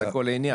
זה כל העניין.